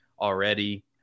already